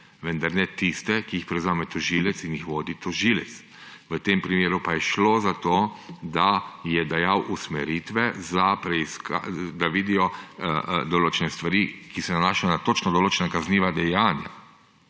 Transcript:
vendar ne tiste, ki jih prevzame tožilec in jih vodi tožilec. V tem primeru pa je šlo za to, da je dajal usmeritve, da vidijo določene stvari, ki se nanašajo na točno določena kazniva dejanja.